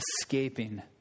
escaping